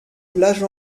plage